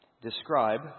describe